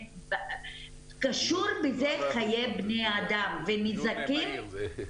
קשור בזה חיי בני אדם, ונזקים